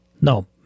No